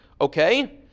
Okay